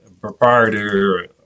proprietor